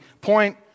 point